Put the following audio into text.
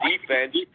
defense